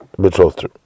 betrothed